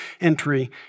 entry